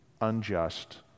unjust